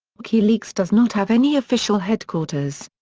wikileaks does not have any official headquarters.